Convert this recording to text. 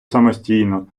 самостійно